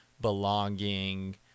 belonging